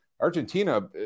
Argentina